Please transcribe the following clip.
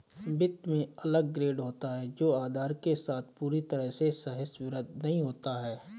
वित्त में अलग ग्रेड होता है जो आधार के साथ पूरी तरह से सहसंबद्ध नहीं होता है